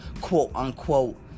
quote-unquote